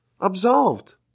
absolved